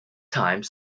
time